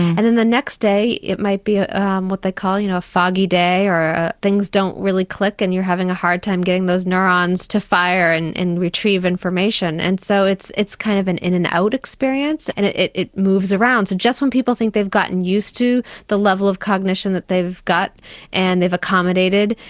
and then the next day it might be ah um what they call you know a foggy day, or things don't really click and you are having a hard time getting those neurons to fire and and retrieve information. and so it's a kind of in in and out experience and it it moves around. so just when people think they've gotten used to the level of cognition that they've got and they've accommodated,